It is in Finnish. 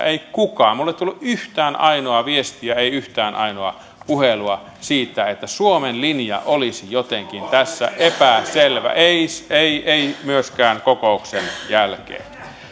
ei kukaan minulle ei tullut yhtään ainoaa viestiä ei yhtään ainoaa puhelua siitä että suomen linja olisi tässä jotenkin epäselvä ei ei myöskään kokouksen jälkeen